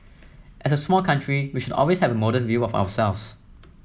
as a small country we should always have a modest view of ourselves